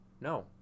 no